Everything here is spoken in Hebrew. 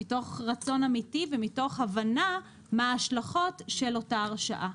מתוך רצון אמיתי ומתוך הבנה מה ההשלכות של אותה ההרשאה.